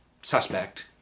suspect